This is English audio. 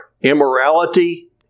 immorality